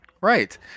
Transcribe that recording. Right